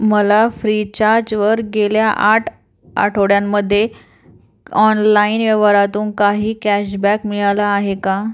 मला फ्रीचार्जवर गेल्या आठ आठवड्यांमध्ये ऑनलाइन व्यवहारातून काही कॅशबॅक मिळाला आहे का